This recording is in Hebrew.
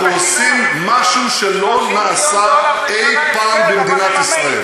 אנחנו עושים משהו שלא נעשה אי-פעם במדינת ישראל.